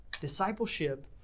Discipleship